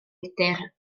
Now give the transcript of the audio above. wydr